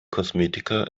kosmetika